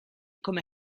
come